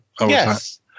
Yes